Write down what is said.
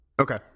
Okay